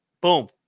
boom